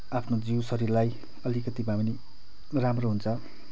आफ्नो जिउ शरीरलाई अलिकति भएपनि राम्रो हुन्छ